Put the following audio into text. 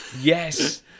yes